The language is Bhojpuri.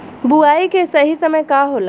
बुआई के सही समय का होला?